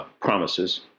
promises